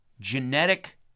genetic